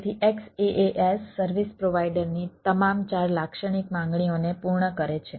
તેથી XaaS service પ્રોવાઈડરની તમામ ચાર લાક્ષણિક માંગણીઓને પૂર્ણ કરે છે